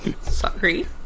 sorry